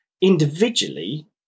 individually